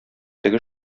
теге